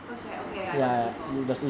berkshire lah got see hor